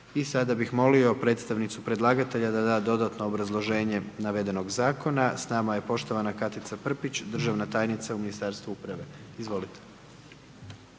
I sada bih molio predstavnicu predlagatelja da da dodatno obrazloženje navedenog zakona. S nama je poštovana Katica Prpić, državna tajnica u Ministarstvu uprave. Izvolite.